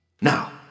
Now